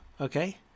okay